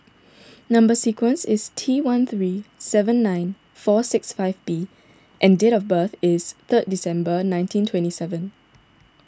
Number Sequence is T one three seven nine four six five B and date of birth is third December nineteen twenty seven